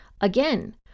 again